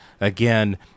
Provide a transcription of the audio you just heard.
again